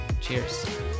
Cheers